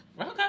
Okay